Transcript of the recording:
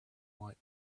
want